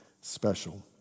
special